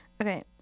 Okay